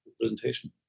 presentation